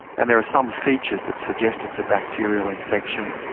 and there are some features that suggest it's a bacterial infection.